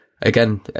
again